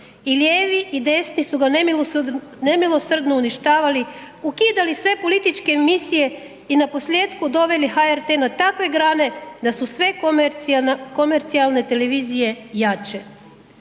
i lijevi i desni su ga nemilosrdno uništavali, ukidali sve političke emisije i naposljetku doveli HRT na takve grane da su sve komercijalne televizije jače.